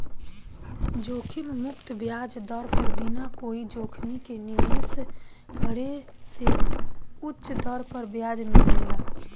जोखिम मुक्त ब्याज दर पर बिना कोई जोखिम के निवेश करे से उच दर पर ब्याज मिलेला